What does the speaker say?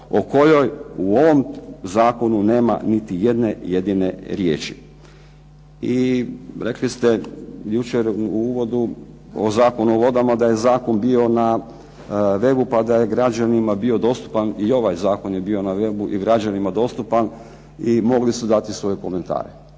o kojoj u ovom zakonu nema niti jedne jedine riječi. I rekli ste jučer u uvodu o Zakonu o vodama da je zakon bio na webu, pa da je građanima bio dostupan. I ovaj je bio na webu i građanima dostupan i mogli su dati svoje komentare.